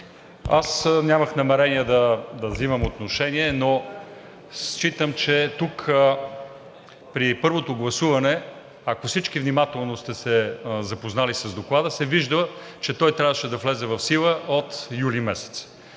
Аз нямах намерение да взимам отношение, но при първото гласуване, ако всички внимателно сте се запознали с Доклада, се вижда, че той трябваше да влезе в сила от юли месец.